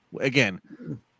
again